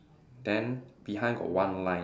then behind got one line